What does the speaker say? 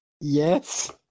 Yes